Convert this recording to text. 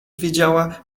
wiedziała